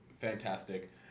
fantastic